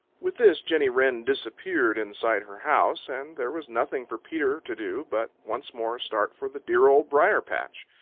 with this jenny wren disappeared inside her house, and there was nothing for peter to do but once more start for the dear old briar-patch.